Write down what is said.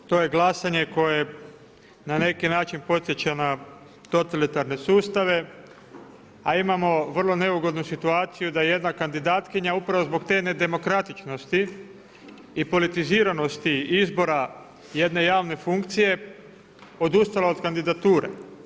To je glasanje koje na neki način podsjeća na totalitarne sustave, a imamo vrlo neugodnu situaciju da jedna kandidatkinja upravo zbog te nedemokratičnosti i politiziranosti izbora jedne javne funkcije odustala od kandidature.